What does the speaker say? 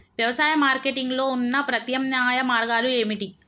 వ్యవసాయ మార్కెటింగ్ లో ఉన్న ప్రత్యామ్నాయ మార్గాలు ఏమిటి?